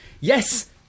Yes